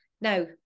now